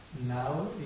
Now